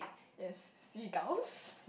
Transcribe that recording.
yes seagulls